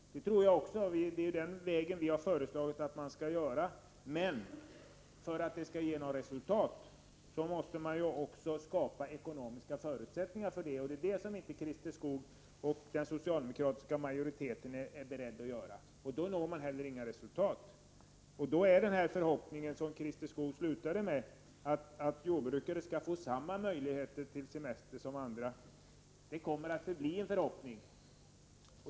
Det hoppas jag också, för det är ju det vi har föreslagit att man skall göra. Men för att det skall ge något resultat måste man också skapa ekonomiska förutsättningar, och det är det som Christer Skoog och den socialdemokratiska majoriteten inte är beredda att göra. Då når man heller inga resultat. Därför kommer den förhoppning som Christer Skoog slutade med, att jordbrukarna skall få samma möjlighe ter till semester som andra, att förbli en förhoppning.